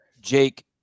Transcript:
Jake